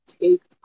takes